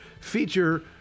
feature